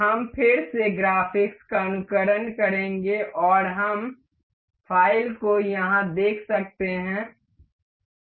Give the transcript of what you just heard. हम फिर से ग्राफिक्स का अनुकरण करेंगे और हम फाइल को यहां देख सकते हैं